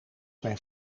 mijn